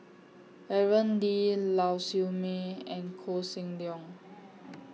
Aaron Lee Lau Siew Mei and Koh Seng Leong